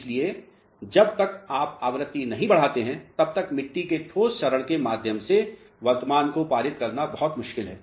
इसलिए जब तक आप आवृत्ति नहीं बढ़ाते हैं तब तक मिट्टी के ठोस चरण के माध्यम से वर्तमान को पारित करना बहुत मुश्किल है